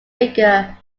figure